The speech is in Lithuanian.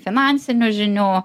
finansinių žinių